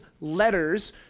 letters